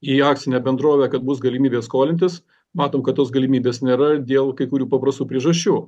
į akcinę bendrovę kad bus galimybė skolintis matom kad tos galimybės nėra dėl kai kurių paprastų priežasčių